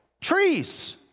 trees